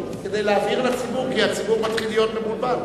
כדי להבהיר לציבור כי הציבור מתחיל להיות מבולבל.